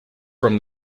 from